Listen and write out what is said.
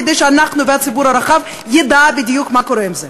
כדי שאנחנו והציבור הרחב נדע בדיוק מה קורה עם זה.